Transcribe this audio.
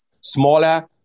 smaller